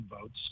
votes